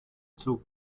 zog